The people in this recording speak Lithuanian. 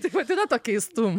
kaip vadina tą keistum